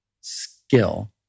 skill